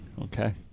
Okay